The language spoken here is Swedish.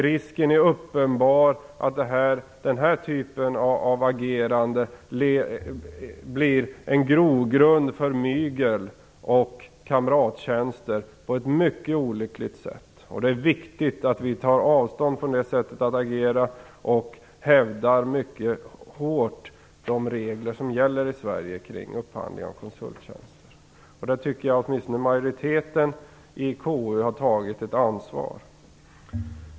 Risken är uppenbar att den här typen av agerande på ett mycket olyckligt sätt blir en grogrund för mygel och kamrattjänster. Det är viktigt att vi tar avstånd från det sättet att agera och att vi mycket hårt hävdar de regler som gäller för upphandling av konsulttjänster i Sverige. Där tycker jag åtminstone att majoriteten i KU har tagit ett ansvar.